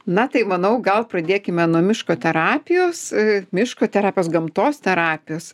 na tai manau gal pradėkime nuo miško terapijos miško terapijos gamtos terapijos